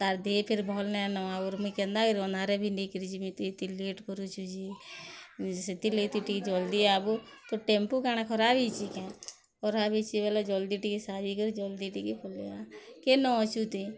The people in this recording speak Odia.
ତାର୍ ଦିହି ଫେର୍ ଭଲ୍ ନାଇଁନ ଆଗରୁ ମୁଇଁ କେନ୍ତାକିରି ଅନ୍ଧାରେ ବି ନେଇକିରି ଯିମି ତୁଇ ଏତେ ଲେଟ୍ କରୁଛୁ ଯେ ସେଥିରଲାଗି ତୁଇ ଟିକେ ଜଲଦି ଆବୋ ତୋର୍ ଟେମ୍ପୁ କାଣା ଖରାପ୍ ହେଇଛେ କେଁ ଖରାପ୍ ହେଇଛେ ବେଲେ ଜଲଦି ଟିକେ ସାରିକରି ଜଲ୍ଦି ଟିକେ ପଲେଇ ଆ କେନ ଅଛୁ ତୁଇ